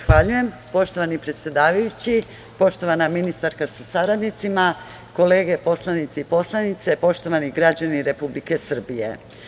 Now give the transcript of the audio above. Zahvaljujem poštovani predsedavajući, poštovana ministarka sa saradnicima, kolege poslanici i poslanici, poštovani građani Republike Srbije.